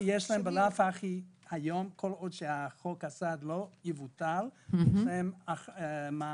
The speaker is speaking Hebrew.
נכון, כי כל עוד חוק הסעד לא יבוטל, יש להם מעמד.